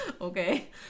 Okay